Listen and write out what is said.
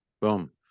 Boom